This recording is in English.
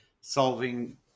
solving